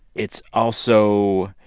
it's also